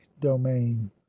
domain